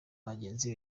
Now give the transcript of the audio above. bagenzi